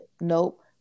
Nope